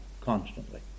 constantly